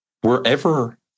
wherever